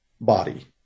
body